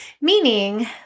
Meaning